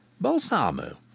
Balsamo